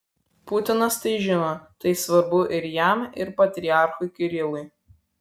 putinas tai žino tai svarbu ir jam ir patriarchui kirilui